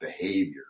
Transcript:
behavior